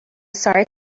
sorry